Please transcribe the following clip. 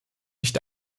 nicht